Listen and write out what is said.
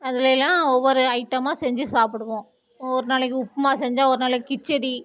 அதுலேலாம் ஒவ்வொரு ஐட்டமாக செஞ்சு சாப்பிடுவோம் ஒரு நாளைக்கு உப்புமா செஞ்சால் ஒரு நாளைக்கு கிச்சடி